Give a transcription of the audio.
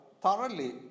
thoroughly